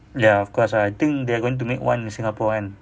ya of course ah I think they are going to make one in singapore kan